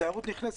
תיירות נכנסת,